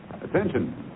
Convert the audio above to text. Attention